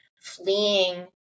fleeing